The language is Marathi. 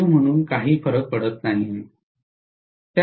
u म्हणून काही फरक पडत नाही